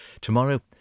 tomorrow